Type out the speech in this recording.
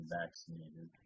vaccinated